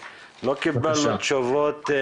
לא קיבלנו תשובות.